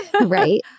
Right